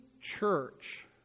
church